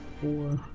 four